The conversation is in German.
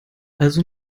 also